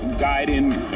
guiding